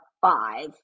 five